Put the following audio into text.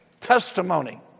testimony